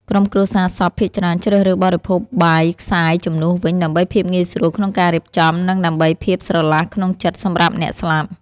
ក្រុមគ្រួសារសពភាគច្រើនជ្រើសរើសបរិភោគបាយខ្សាយជំនួសវិញ ដើម្បីភាពងាយស្រួលក្នុងការរៀបចំ និងដើម្បីភាពស្រឡះក្នុងចិត្តសម្រាប់អ្នកស្លាប់។